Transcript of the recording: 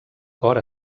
cor